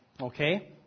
Okay